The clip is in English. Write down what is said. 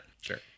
Sure